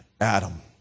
Adam